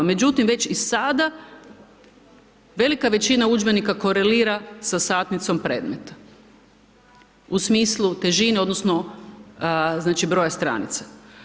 Međutim već i sada velika većina udžbenika korelira sa satnicom predmeta u smislu težine odnosno znači broja broja stranica.